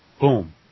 Boom